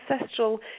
ancestral